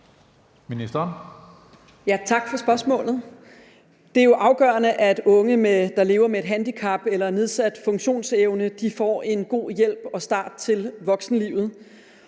Tak for spørgsmålet. Det er jo afgørende, at unge, der lever med et handicap eller en nedsat funktionsevne, får god hjælp til at få en god start på voksenlivet.